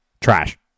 Trash